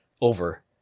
over